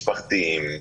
המשפחתיים,